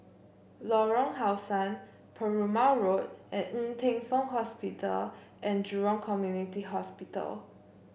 Lorong How Sun Perumal Road and Ng Teng Fong Hospital and Jurong Community Hospital